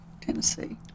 Tennessee